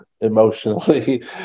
emotionally